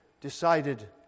decided